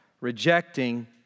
Rejecting